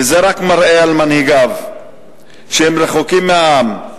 וזה רק מראה שמנהיגיו רחוקים מהעם,